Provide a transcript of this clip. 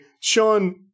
Sean